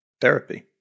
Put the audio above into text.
therapy